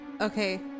okay